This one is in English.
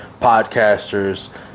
podcasters